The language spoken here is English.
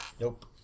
Nope